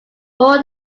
more